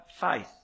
faith